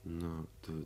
nu tu